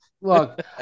Look